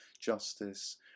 justice